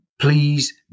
please